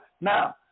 Now